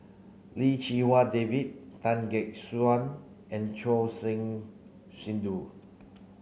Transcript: Lim Chee Wai David Tan Gek Suan and Choor Singh Sidhu